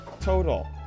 total